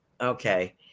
Okay